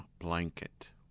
blanket